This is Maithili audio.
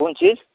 कोन चीज